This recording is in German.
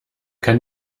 kann